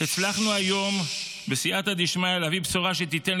הצלחנו היום בסייעתא דשמיא להביא בשורה שתיתן